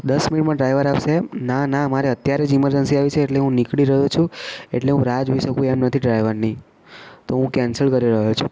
દસ મિનિટમાં ડ્રાઈવર આવશે એમ નાના મારે અત્યારે જ ઇમરજન્સી આવી છે એટલે હું નીકળી રહ્યો છું એટલે હું રાહ જોઈ શકું એમ નથી ડ્રાઈવરની તો હું કેન્સલ કરી રહ્યો છું